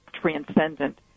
Transcendent